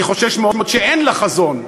אני חושש מאוד שאין לה חזון,